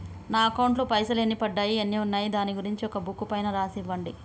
నా అకౌంట్ లో పైసలు ఎన్ని పడ్డాయి ఎన్ని ఉన్నాయో దాని గురించి ఒక బుక్కు పైన రాసి ఇవ్వండి?